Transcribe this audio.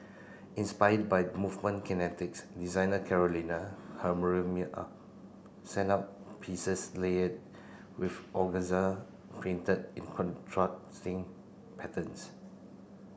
inspired by movement kinetics designer Carolina sent out pieces layered with organza printed in contrasting patterns